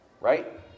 right